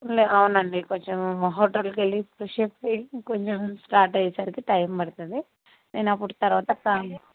లె అవునండి కొంచెం హోటల్కు వెళ్ళి ఫ్రెష్అప్ అయ్యి కొంచెం స్టార్ట్ అయ్యే సరికి టైమ్ పడుతుంది నేను అప్పుడు తర్వాత